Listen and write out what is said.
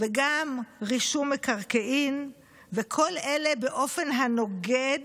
וגם רישום מקרקעין, וכל אלה באופן הנוגד,